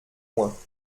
points